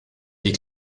die